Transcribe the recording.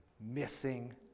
missing